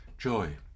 Joy